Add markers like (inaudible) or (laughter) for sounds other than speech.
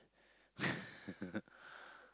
(laughs)